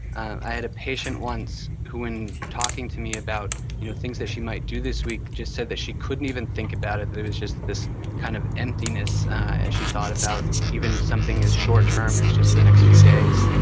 i had a patient once who, in talking to me about you know things that she might do this week, just said that she couldn't even think about it, that it was just this kind of emptiness as she thought about even something as short term as just the next few days.